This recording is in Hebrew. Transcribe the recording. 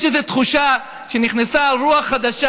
יש איזה תחושה שנכנסה רוח חדשה,